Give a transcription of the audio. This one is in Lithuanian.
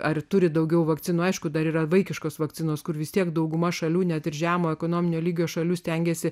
ar turi daugiau vakcinų aišku dar yra vaikiškos vakcinos kur vis tiek dauguma šalių net ir žemo ekonominio lygio šalių stengiasi